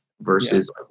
versus